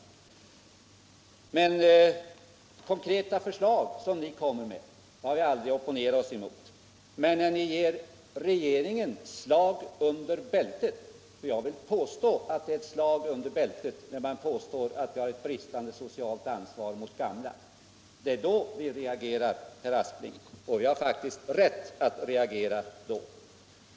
Vi har emellertid aldrig opponerat oss mot konkreta förslag från er sida, men när ni ger regeringen slag under bältet — jag vill påstå att det är ett slag under bältet att hävda att regeringen har ett bristande socialt ansvar mot gamla — då reagerar vi, herr Aspling. Då har vi faktiskt rätt att reagera.